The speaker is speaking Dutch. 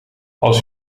als